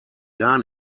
gar